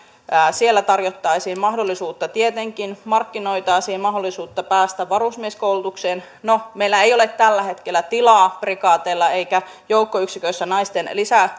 siellä tarjottaisiin mahdollisuutta ja markkinoitaisiin mahdollisuutta päästä varusmieskoulutukseen no meillä ei ole tällä hetkellä tilaa prikaateissa eikä joukkoyksiköissä naisten